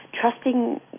trusting